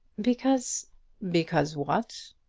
because because what?